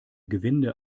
gewinde